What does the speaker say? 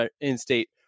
in-state